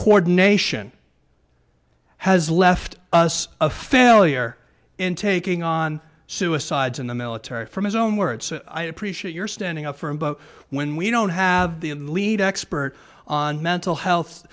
coordination has left us a failure in taking on suicides in the military from his own words i appreciate your standing up for him but when we don't have the lead expert on mental health